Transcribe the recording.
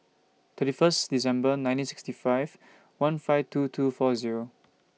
thirty First December nineteen sixty five one five two two four Zero